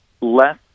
less